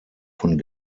von